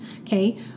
okay